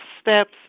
Steps